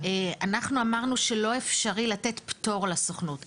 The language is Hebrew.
אנחנו אמרנו שלא אפשרי לתת פטור לסוכנות,